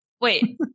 wait